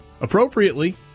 appropriately